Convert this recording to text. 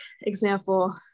example